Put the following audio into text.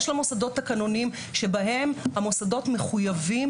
יש למוסדות תקנונים שבהם המוסדות מחויבים